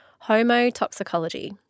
homotoxicology